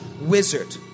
wizard